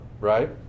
right